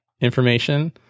information